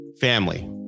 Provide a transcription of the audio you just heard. family